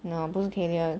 no 不是 cavier